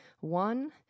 One